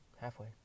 Halfway